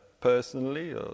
personally